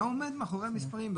מה עומד מאחורי המספרים?